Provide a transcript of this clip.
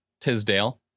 Tisdale